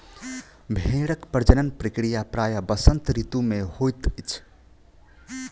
भेड़क प्रजनन प्रक्रिया प्रायः वसंत ऋतू मे होइत अछि